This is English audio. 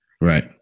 right